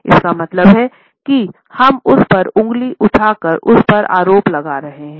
इसका मतलब है कि हम उस पर उंगली उठाकर उस पर आरोप लगा रहे हैं